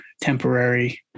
temporary